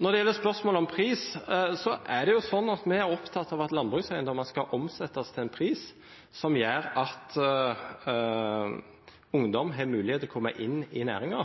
Når det gjelder spørsmålet om pris, er vi opptatt av at landbrukseiendommer skal omsettes til en pris som gjør at ungdom har mulighet til å komme inn i næringen.